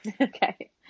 Okay